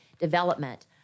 development